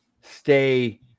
stay